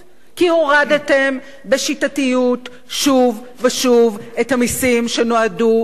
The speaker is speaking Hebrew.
כי הורדתם בשיטתיות שוב ושוב את המסים שנועדו למי